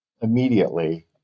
immediately